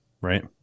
right